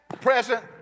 present